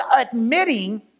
admitting